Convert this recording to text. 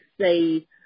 say